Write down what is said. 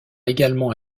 également